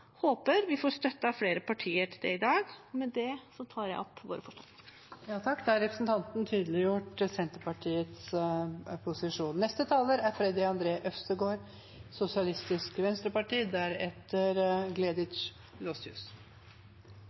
håper vi får støtte av flere partier til det i dag. Med det anbefaler jeg våre forslag.